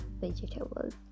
vegetables